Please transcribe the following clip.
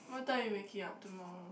what time are you waking up tomorrow